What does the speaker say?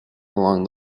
along